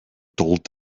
told